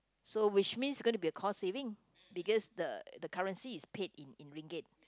so which means it's gonna be a cost saving because the the currency is paid in in Ringgit